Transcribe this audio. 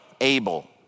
Abel